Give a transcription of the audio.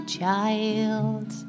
child